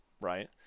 right